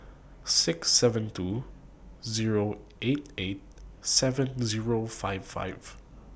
six seven two Zero eight eight seven Zero five five